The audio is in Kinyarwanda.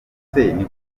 gute